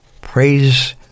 praise